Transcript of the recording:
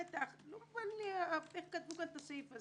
לא מובן לי איך כתבו את הסעיף.